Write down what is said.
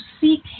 seek